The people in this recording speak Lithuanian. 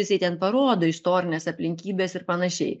jisai ten parodo istorines aplinkybes ir panašiai